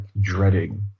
dreading